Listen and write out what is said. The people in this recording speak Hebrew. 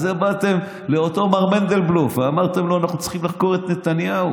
על זה באתם לאותו מר מנדלבלוף ואמרתם לו: אנחנו צריכים לחקור את נתניהו.